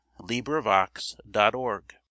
LibriVox.org